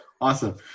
awesome